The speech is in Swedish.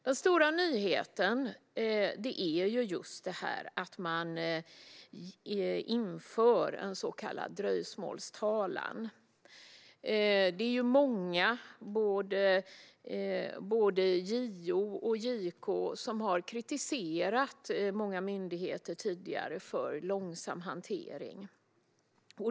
Den stora nyheten är just att man inför en så kallad dröjsmålstalan. Det är många, både JO och JK, som tidigare har kritiserat många myndigheter för långsam hantering.